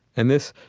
and this,